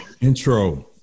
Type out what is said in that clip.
intro